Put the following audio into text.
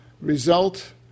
result